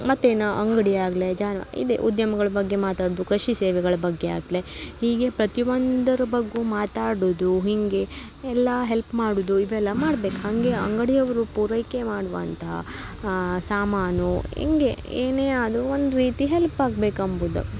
ಮತ್ತೇನು ಅಂಗಡಿ ಆಗಲಿ ಜಾನ್ವ ಇದೆ ಉದ್ಯಮ್ಗಳ ಬಗ್ಗೆ ಮಾತಾಡುದು ಕೃಷಿ ಸೇವೆಗಳ ಬಗ್ಗೆ ಆಗಲಿ ಹೀಗೆ ಪ್ರತಿ ಒಂದರ ಬಗ್ಯೂ ಮಾತಾಡುವುದು ಹೀಗೆ ಎಲ್ಲ ಹೆಲ್ಪ್ ಮಾಡುವುದು ಇವೆಲ್ಲ ಮಾಡ್ಬೇಕು ಹಂಗೆಯೇ ಅಂಗಡಿಯವರು ಪೂರೈಕೆ ಮಾಡುವಂತಹ ಸಾಮಾನು ಹಿಂಗೆ ಏನೇ ಆದರೂ ಒಂದು ರೀತಿ ಹೆಲ್ಪ್ ಆಗ್ಬೇಕು ಎಂಬುದು